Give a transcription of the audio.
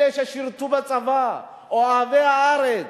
אלה ששירתו בצבא, אוהבי הארץ,